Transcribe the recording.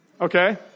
okay